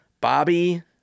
Bobby